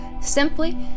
simply